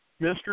Mr